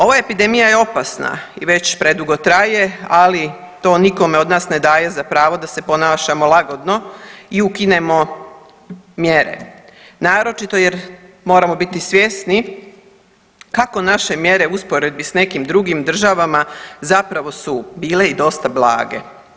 Ova epidemija je opasna i već predugo traje, ali to nikome od nas ne daje za pravo da se ponašamo lagodno i ukinemo mjere, naročito jer moramo biti svjesni kako naše mjere u usporedbi s nekim drugim državama zapravo su bile i dosta blage.